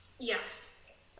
yes